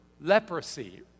leprosy